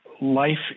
life